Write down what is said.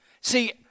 See